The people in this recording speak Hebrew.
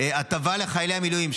הטבה לחיילי המילואים,